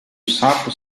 sapo